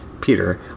Peter